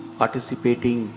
participating